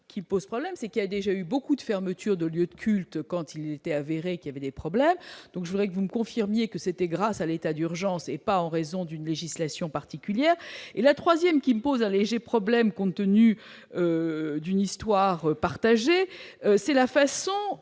qui pose problème, c'est qu'il y a déjà eu beaucoup de fermetures de lieux de culte quand il était avéré qu'il avait des problèmes, donc je voudrais que vous me confirmiez que c'était grâce à l'état d'urgence et pas en raison d'une législation particulière et la 3ème qui me pose un léger problème compte tenu d'une histoire partagée, c'est la façon